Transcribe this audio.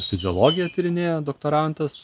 fiziologiją tyrinėja doktorantas